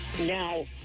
Now